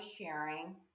sharing